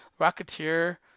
rocketeer